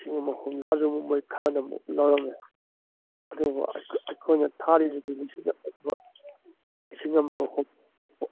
ꯂꯤꯁꯤꯡ ꯑꯃꯒ ꯍꯨꯝꯗ꯭ꯔꯥꯖꯨ ꯑꯃꯨꯛ ꯃꯣꯏ ꯈꯔꯅ ꯑꯃꯨꯛ ꯂꯧꯔꯝꯃꯦ ꯑꯗꯨꯕꯨ ꯑꯩꯈꯣꯏꯅ ꯊꯥꯔꯤꯖꯤꯗꯤ ꯂꯤꯁꯤꯡ ꯂꯤꯁꯤꯡ ꯑꯃꯒ